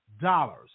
Dollars